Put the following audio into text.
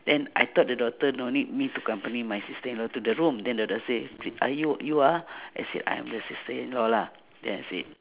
then I thought the doctor no need me to company my sister-in-law to the room then the doctor say are you you are I say I am the sister-in-law lah then I said